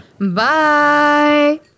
Bye